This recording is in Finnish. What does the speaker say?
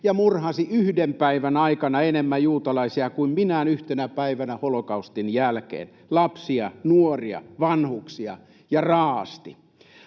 ja murhasi yhden päivän aikana enemmän juutalaisia kuin minään yhtenä päivänä holokaustin jälkeen — lapsia, nuoria, vanhuksia, ja raa’asti.